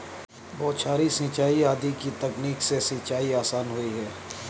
बौछारी सिंचाई आदि की तकनीक से सिंचाई आसान हुई है